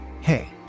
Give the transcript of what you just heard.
Hey